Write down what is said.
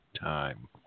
time